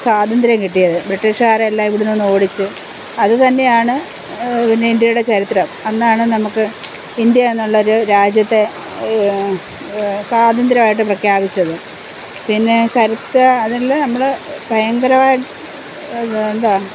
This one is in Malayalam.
സ്വാതന്ത്ര്യം കിട്ടിയത് ബ്രിട്ടീഷുകാരെ എല്ലാം ഇവിടെനിന്ന് ഓടിച്ച് അതുതന്നെയാണ് പിന്നെ ഇന്ത്യയുടെ ചരിത്രം അന്നാണ് നമുക്ക് ഇന്ത്യ എന്നുള്ളൊരു രാജ്യത്തെ സ്വതന്ത്രമായിട്ടു പ്രഖ്യപിച്ചത് പിന്നെ ചരിത്ര അതില് നമ്മള് ഭയങ്കരമായി എന്താണ്